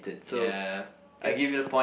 yeah cause